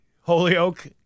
Holyoke